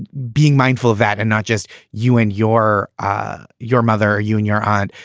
being mindful of that. and not just you and your ah your mother, you and your aunt,